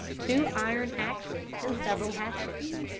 two iron axes and several hatchets.